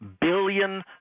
billion